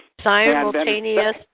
Simultaneous